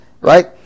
right